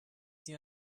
sie